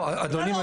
לא, אדוני מציע.